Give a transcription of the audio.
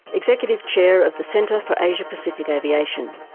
executive chair of the centre for asia pacific aviation.